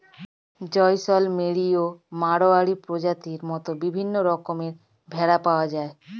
জয়সলমেরি ও মাড়োয়ারি প্রজাতির মত বিভিন্ন রকমের ভেড়া পাওয়া যায়